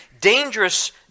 dangerous